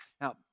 Now